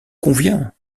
convient